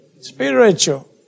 Spiritual